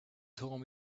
told